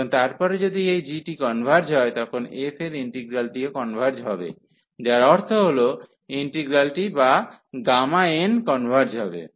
এবং তারপরে যদি এই g টি কনভার্জ হয় তখন f এর ইন্টিগ্রালটিও কনভার্জ হবে যার অর্থ হল ইন্টিগ্রালটি বা n কনভার্জ হবে